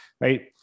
right